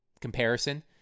comparison